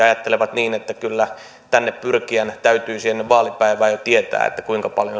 ajattelevat niin että kyllä tänne pyrkijän täytyisi ennen vaalipäivää jo tietää kuinka paljon